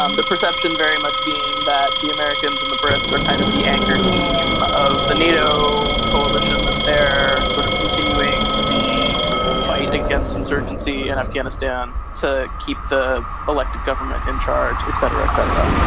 um the perception very much being that the americans and the brits are kind of the anchor team of the nato coalition. that's their sort of continuing the fight against insurgency and in to keep the elected government in charge, et cetera, et cetera.